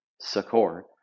Support